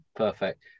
Perfect